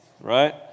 right